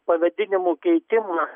pavadinimų keitimą